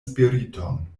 spiriton